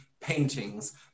paintings